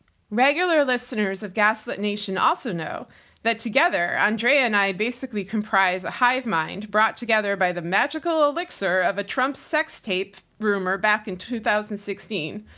regular listeners of gaslit nation also know that together andrea and i basically comprise a hive mind brought together by the magical elixir of a trump sex tape rumor back in two thousand and sixteen.